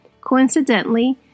Coincidentally